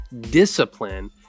discipline